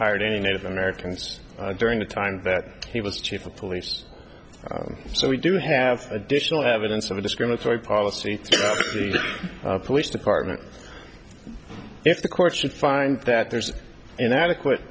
hired any native americans during the time that he was chief of police so we do have additional evidence of a discriminatory policy police department if the court should find that there's an adequate